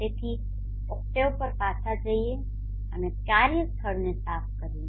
તેથી ઓક્ટેવ પર પાછા જઈએ અને કાર્યસ્થળને સાફ કરીએ